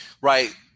Right